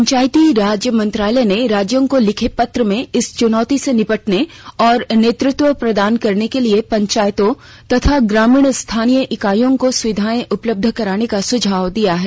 पंचायती राज मंत्रालय ने राज्यों को लिखे पत्र में इस चुनौती से निपटने और नेतृत्व प्रदान करने के लिए पंचायतों तथा ग्रामीण स्थानीय इकाइयों को सुविधाए उपलब्ध कराने का सुझाव दिया है